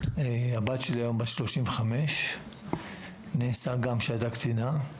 הבת שלי הים בת 35. נאנסה גם כשהייתה קטינה.